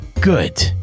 Good